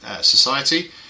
society